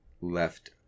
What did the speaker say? left